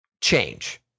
change